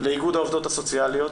לאיגוד העובדות הסוציאליות